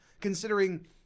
Considering